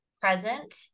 present